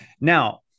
Now